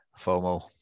FOMO